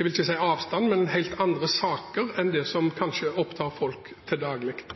gjelder helt andre saker enn dem som kanskje opptar folk til daglig.